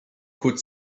could